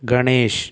Ganesh